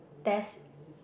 test